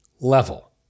level